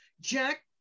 Jack